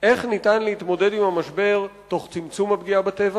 איך ניתן להתמודד עם המשבר תוך צמצום הפגיעה בטבע?